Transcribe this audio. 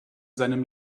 seinem